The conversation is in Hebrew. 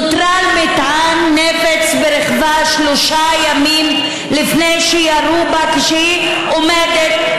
נוטרל מטען נפץ ברכבה שלושה ימים לפני שירו בה כשהיא עומדת,